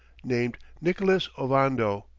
named nicholas ovando.